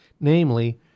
namely